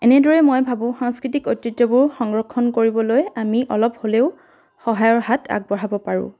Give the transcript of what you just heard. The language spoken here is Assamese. এনেদৰে মই ভাবোঁ সাংস্কৃতিক ঐতিহ্যবোৰ সংৰক্ষণ কৰিবলৈ আমি অলপ হ'লেও সহায়ৰ হাত আগবঢ়াব পাৰোঁ